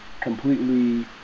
completely